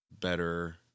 better